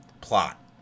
plot